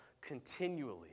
continually